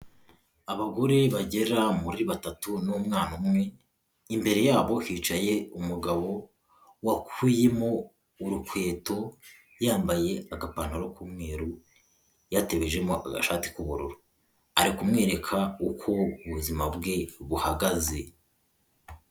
Abagore bagera muri batatu n'umwana umwe, imbere yabo hicaye umugabo wakuyemo urukweto yambaye agapantaro k'umweru, yatebejemo agashati k'ubururu, ari kumwereka uko ubuzima bwe buhagaze.